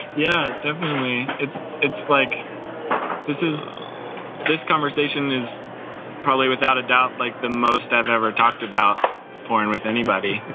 yeah, definitely it's it's like this is this conversation is probably without a doubt, like the most i've ever talked about foreign with anybody,